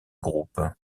groupe